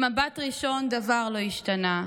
/ במבט ראשון דבר לא השתנה.